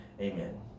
amen